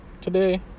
Today